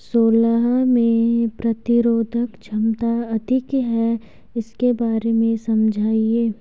सोलह में प्रतिरोधक क्षमता अधिक है इसके बारे में समझाइये?